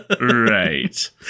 right